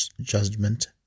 judgment